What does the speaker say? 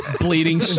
bleeding